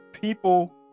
people